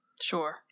Sure